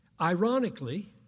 Ironically